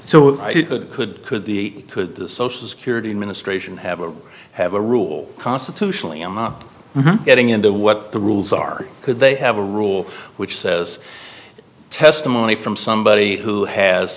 so could could be could the social security administration have a have a rule constitutionally i'm not getting into what the rules are because they have a rule which says testimony from somebody who has